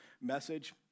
message